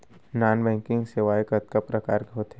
non banking सेवाएं कतका प्रकार के होथे